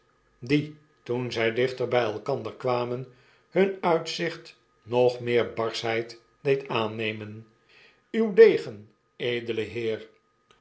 die toen zij dichter bij elkander kwamen hun uitzicht nog meer barschheid deed aannemen uw degen edele heer